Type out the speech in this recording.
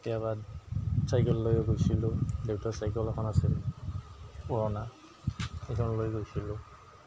কেতিয়াবা চাইকেল লৈও গৈছিলোঁ দেউতাৰ চাইকেল এখন আছিল পুৰণা সেইখন লৈ গৈছিলোঁ